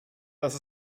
dass